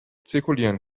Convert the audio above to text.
zirkulieren